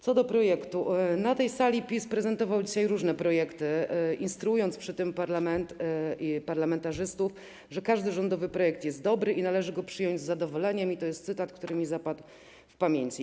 Co do projektu - na tej sali PiS prezentował dzisiaj różne projekty, instruując przy tym parlament i parlamentarzystów, że każdy rządowy projekt jest dobry i należy go przyjąć z zadowoleniem, i to jest cytat, który mi zapadł w pamięć.